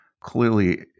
Clearly